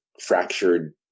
fractured